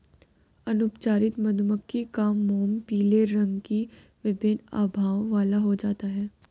अनुपचारित मधुमक्खी का मोम पीले रंग की विभिन्न आभाओं वाला हो जाता है